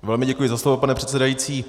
Velmi děkuji za slovo, pane předsedající.